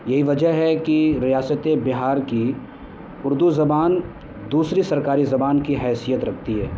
یہی وجہ ہے کہ ریاستِ بہار کی اردو زبان دوسری سرکاری زبان کی حیثیت رکھتی ہے